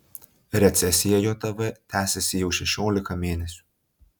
recesija jav tęsiasi jau šešiolika mėnesių